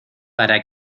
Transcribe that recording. para